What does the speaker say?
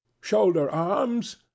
Shoulder-Arms